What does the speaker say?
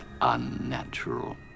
unnatural